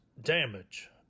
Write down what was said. damage